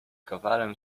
kowalem